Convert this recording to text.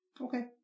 Okay